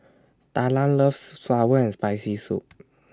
Talan loves Sour and Spicy Soup